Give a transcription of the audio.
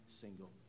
single